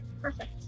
Perfect